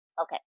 okay